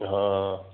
हा